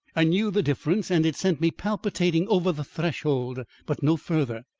i knew the difference and it sent me palpitating over the threshold but no further.